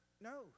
No